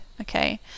okay